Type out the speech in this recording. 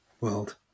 world